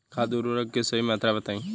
खाद उर्वरक के सही मात्रा बताई?